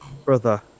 Brother